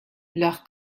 leur